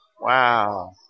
Wow